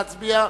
נא להצביע.